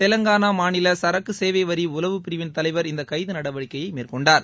தெலங்கானா மாநில சரக்கு சேவை வரி உளவு பிரிவின் தலைவர் இந்த கைது நடவடிக்கையை மேற்கொண்டார்